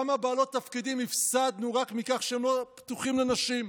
כמה בעלות תפקידים הפסדנו רק מכך שהם לא פתוחים לנשים.